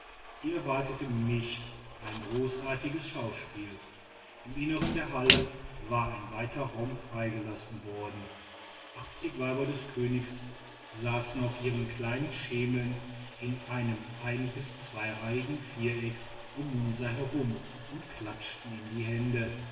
hier erwartete mich ein großartiges schauspiel im innern der halle war ein weiter raum freigelassen worden achtzig weiber des königs saßen auf ihren kleinen schemeln in einem ein bis zweireihigen viereck um munsa herum und klatschten in die hände